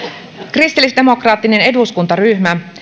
kristillisdemokraattinen eduskuntaryhmä